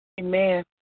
Amen